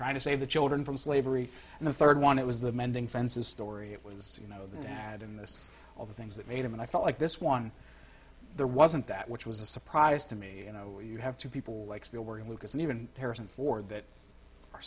trying to save the children from slavery and the third one it was the mending fences story it was you know the dad in this all the things that made him and i felt like this one there wasn't that which was a surprise to me you know you have to people like spielberg and lucas and even harrison ford